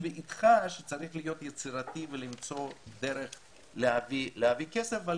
אני איתך שצריך להיות יצירתי ולמצוא דרך להביא כסף.